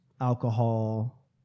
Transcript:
alcohol